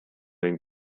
den